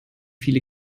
viele